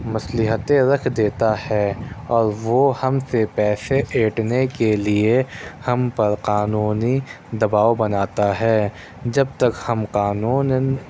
مصلحتیں رکھ دیتا ہے اور وہ ہم سے پیسے ایٹھنے کے لئے ہم پر قانونی دباؤ بناتا ہے جب تک ہم قانوناً